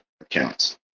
accounts